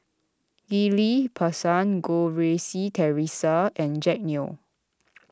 Ghillie Basan Goh Rui Si theresa and Jack Neo